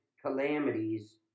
calamities